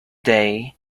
day